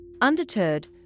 Undeterred